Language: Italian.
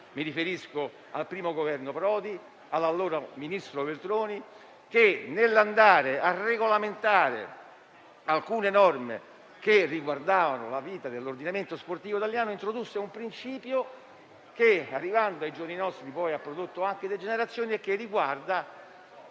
Mi riferisco al primo Governo Prodi, all'allora ministro Veltroni che, nell'andare a regolamentare alcune norme riguardanti la vita dell'ordinamento sportivo italiano, introdusse un principio che, arrivando ai giorni nostri, ha prodotto poi degenerazioni: la